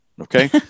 okay